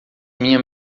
minha